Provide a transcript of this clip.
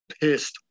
pissed